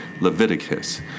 Leviticus